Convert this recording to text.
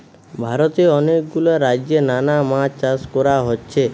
ভারতে অনেক গুলা রাজ্যে নানা মাছ চাষ কোরা হচ্ছে